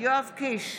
יואב קיש,